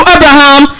Abraham